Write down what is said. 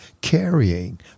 carrying